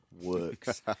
works